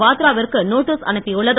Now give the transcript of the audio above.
வாத்ரா விற்கு நோட்டீஸ் அனுப்பியுள்ளது